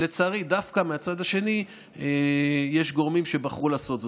לצערי דווקא מהצד השני יש גורמים שבחרו לעשות זאת.